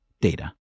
data